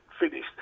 finished